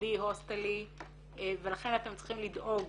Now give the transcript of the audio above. מוסדי הוסטלי ולכן אתם צריכים לדאוג